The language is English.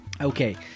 Okay